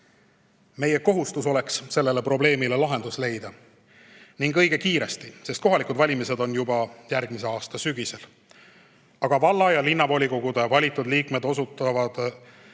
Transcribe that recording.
Meie kohustus on sellele probleemile lahendus leida, ning õige kiiresti, sest kohalikud valimised on juba järgmise aasta sügisel. Valla- ja linnavolikogude valitud liikmed osutuvad